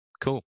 cool